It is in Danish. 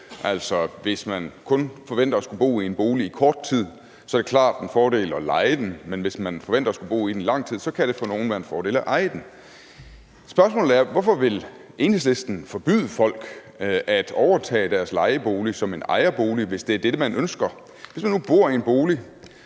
at bo. Hvis man kun forventer at skulle bo i en bolig i kort tid, er det klart en fordel at leje den. Hvis man forventer at skulle bo i den i lang tid, kan det for nogle være en fordel at eje den. Spørgsmålet er: Hvorfor vil Enhedslisten forbyde folk at overtage deres lejebolig som en ejerbolig, hvis det er det, man ønsker? Hvis man nu bor i en bolig